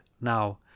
now